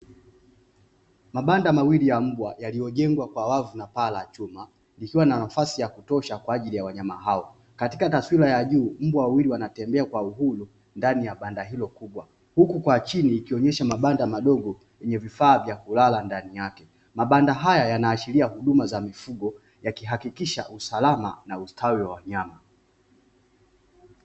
Mabanda mawili ya mbwa yaliyojengwa kwa paa la chuma mabanda haya yanaonyesha ulizi wa mifugo na ustawi wa wanyama